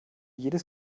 jedes